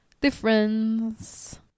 difference